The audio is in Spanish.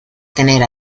tener